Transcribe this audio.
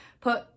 put